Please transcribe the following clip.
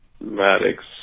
Maddox